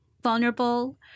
vulnerable